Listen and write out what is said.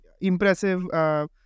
impressive